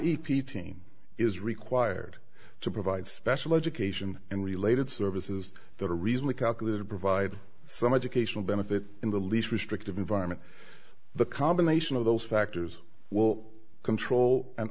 p team is required to provide special education and related services the reason we calculated to provide some educational benefit in the least restrictive environment the combination of those factors well control an